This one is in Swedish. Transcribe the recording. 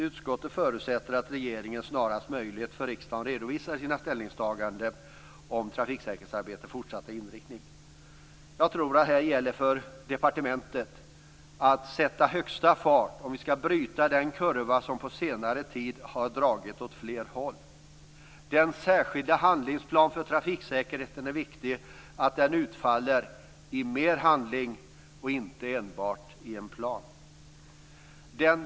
Utskottet förutsätter att regeringen snarast möjligt för riksdagen redovisar sina ställningstaganden om trafiksäkerhetsarbetets fortsatta inriktning. Jag tror att det gäller för departementet att sätta högsta fart om vi skall bryta den kurva som på senare tid har dragit åt fel håll. Det är viktigt att den särskilda handlingsplanen för trafiksäkerheten utfaller i mer handling och inte enbart i en plan.